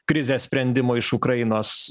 krizės sprendimo iš ukrainos